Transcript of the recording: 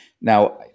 now